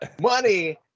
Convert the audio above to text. Money